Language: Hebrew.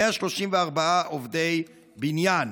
134 הם עובדי בניין,